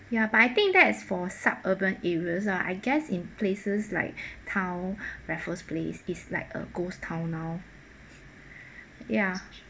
ya but I think that is for sub urban areas ah I guess in places like town raffles place is like a ghost town now ya